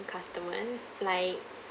customers like